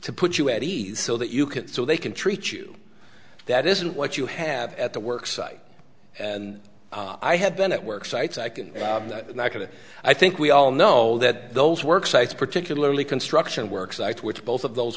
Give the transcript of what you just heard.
to put you at ease so that you can so they can treat you that isn't what you have at the work site and i have been at work sites i can and i could i think we all know that those work sites particularly construction work sites which both of those